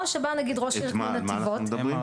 או שבא נגיד ראש עיר כמו נתיבות --- על מה אנחנו מדברים?